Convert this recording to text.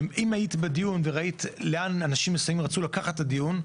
אם היית בדיון וראית לאן אנשים מסוימים רוצים לקחת את הדיון,